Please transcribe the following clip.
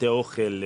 בתי אוכל,